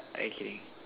okay